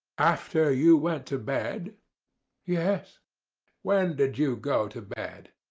after you went to bed yes. when did you go to bed